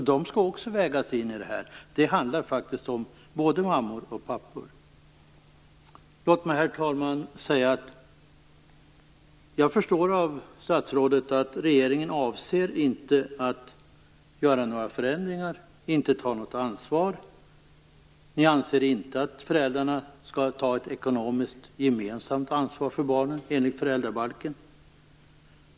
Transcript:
De skall också vägas in i det här. Det handlar om både mammor och pappor. Låt mig, herr talman, säga att jag förstår av det som statsrådet säger att ni i regeringen inte avser att göra några förändringar eller ta något ansvar. Ni anser inte att föräldrarna skall ta ett gemensamt ekonomiskt ansvar för barnen enligt föräldrabalken.